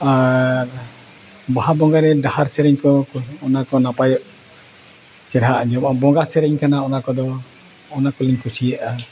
ᱟᱨ ᱵᱟᱦᱟ ᱵᱚᱸᱜᱟ ᱨᱮ ᱰᱟᱦᱟᱨ ᱥᱮᱨᱮᱧ ᱠᱚ ᱚᱱᱟ ᱠᱚ ᱱᱟᱯᱟᱭᱚᱜ ᱪᱮᱨᱦᱟ ᱟᱸᱡᱚᱢᱟ ᱵᱚᱸᱜᱟ ᱥᱮᱨᱮᱧ ᱠᱟᱱᱟ ᱚᱱᱟ ᱠᱚᱫᱚ ᱚᱱᱟ ᱠᱚᱞᱤᱧ ᱠᱩᱥᱤᱭᱟᱜᱼᱟ